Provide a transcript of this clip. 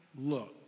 look